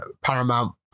paramount